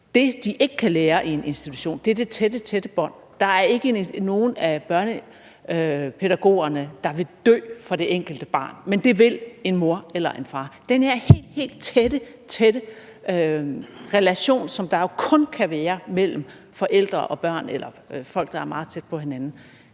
Det, de ikke kan lære i en institution, er at få det tætte, tætte bånd. Der er ikke nogen af pædagogerne, der vil dø for det enkelte barn, men det vil en mor eller en far. Den her helt, helt tætte relation, som der jo kun kan være mellem forældre og børn eller folk, der er meget tæt på hinanden,